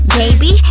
baby